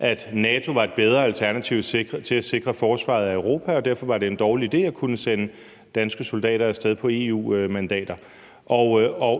at NATO var et bedre alternativ til at sikre forsvaret af Europa, og at det derfor var en dårlig idé at kunne sende danske soldater af sted på EU-mandater.